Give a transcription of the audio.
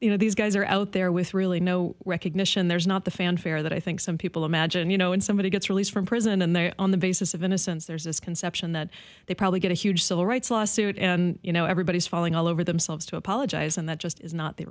you know these guys are out there with really no recognition there's not the fanfare that i think some people imagine you know when somebody gets released from prison and they're on the basis of innocence there's this conception that they probably get a huge civil rights lawsuit and you know everybody's falling all over themselves to apologize and that just is not the